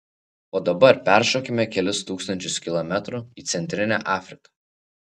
o dabar peršokime kelis tūkstančius kilometrų į centrinę afriką